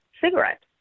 cigarettes